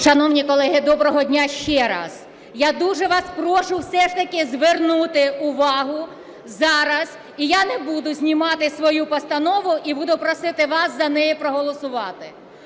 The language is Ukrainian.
Шановні колеги, доброго дня ще раз! Я дуже вас прошу все ж таки звернути увагу зараз, і я не буду знімати свою постанову, і буду просити вас за неї проголосувати.